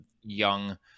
young